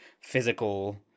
physical